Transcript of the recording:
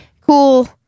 cool